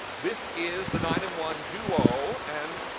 this is the nine in one duo. and